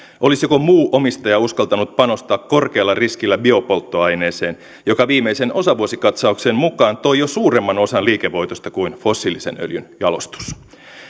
olisiko muu omistaja uskaltanut panostaa korkealla riskillä biopolttoaineeseen joka viimeisen osavuosikatsauksen mukaan toi jo suuremman osan liikevoitosta kuin fossiilisen öljyn jalostus